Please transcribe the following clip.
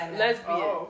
lesbian